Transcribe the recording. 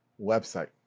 website